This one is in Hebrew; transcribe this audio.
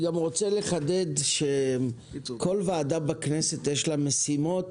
אני גם רוצה לחדד שכל ועדה בכנסת יש לה משימות